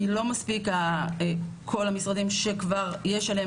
כי לא מספיק כל המשרדים שכבר יש עליהם